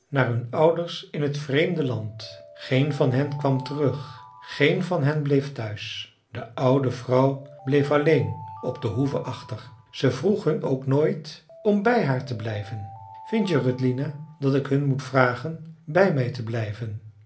naar hun ouders in t vreemde land geen van hen kwam terug geen van hen bleef thuis de oude vrouw bleef alleen op de hoeve achter zij vroeg hun ook nooit om bij haar te blijven vind je rödlina dat ik hun moet vragen bij mij te blijven